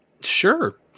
Sure